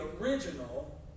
original